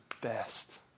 best